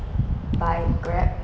by grab